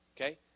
okay